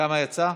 כמה יצא?